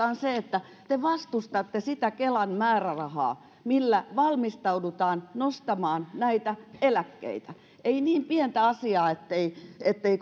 on se että te vastustatte sitä kelan määrärahaa millä valmistaudutaan nostamaan näitä eläkkeitä ei niin pientä asiaa ettei